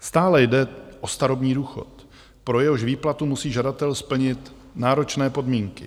Stále jde o starobní důchod, pro jehož výplatu musí žadatel splnit náročné podmínky.